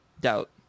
Doubt